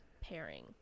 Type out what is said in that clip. pairing